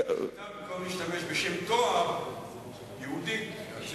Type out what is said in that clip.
אתה כבר משתמש בשם התואר "יהודי" ועל זה